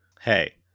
Hey